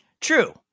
True